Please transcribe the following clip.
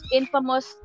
infamous